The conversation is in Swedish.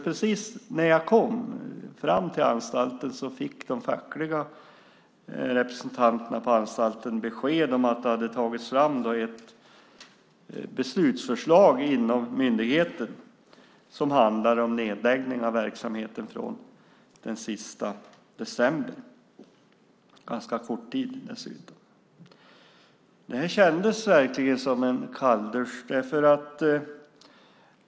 Precis när jag kom fram till anstalten fick de fackliga representanterna på anstalten besked om att det hade tagits fram ett beslutsförslag inom myndigheten som handlar om nedläggning av verksamheten från den 31 december. Det är en ganska kort tid dessutom. Det här kändes verkligen som en kalldusch.